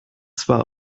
zwar